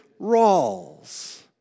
Rawls